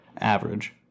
average